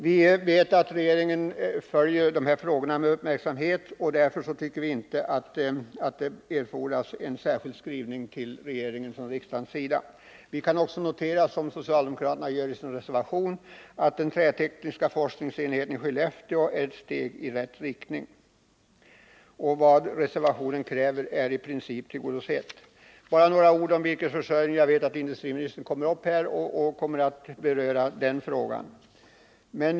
Vi vet att regeringen följer dessa frågor med uppmärksamhet. Därför anser vi inte att det erfordras någon särskild skrivning till regeringen från Vi kan också notera, som socialdemokraterna gör i sin reservation, att den trätekniska forskningsenheten i Skellefteå är ett steg i rätt riktning. Kraven i reservationen är i princip uppfyllda. Så några ord om virkesförsörjningen. Jag vet att industriministern strax kommer upp i talarstolen och att han kommer att beröra den frågan.